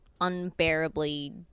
unbearably